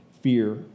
fear